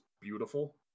beautiful